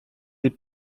des